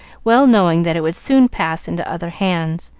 well knowing that it would soon pass into other hands,